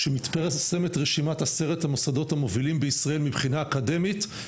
כשמתפרסמת רשימת עשרת המוסדות המובילים בישראל מבחינה אקדמית,